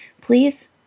please